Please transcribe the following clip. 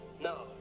No